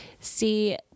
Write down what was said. see